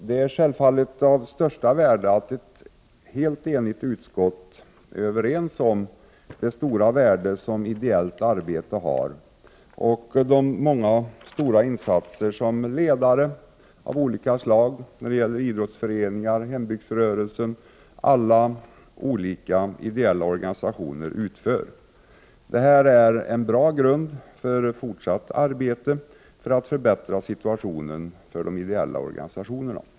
Herr talman! Det är självfallet av största vikt att utskottet är överens om det stora värde som ideellt arbete har — de många insatser som ledare i olika idrottsföreningar, hembygdsrörelsen och andra ideella organisationer gör. Det är en bra grund för fortsatt arbete för att förbättra situationen för de ideella organisationerna.